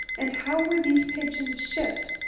and how were these pigeons shipped?